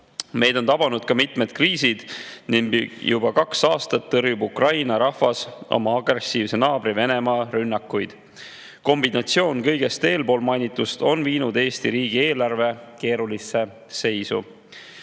on tabanud mitmed kriisid ning juba kaks aastat tõrjub Ukraina rahvas oma agressiivse naabri Venemaa rünnakuid. Kombinatsioon kõigest mainitust on viinud Eesti riigieelarve keerulisse seisu.